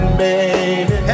baby